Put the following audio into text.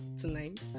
tonight